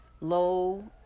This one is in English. low